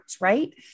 right